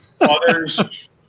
Others